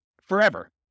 Forever